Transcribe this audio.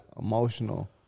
emotional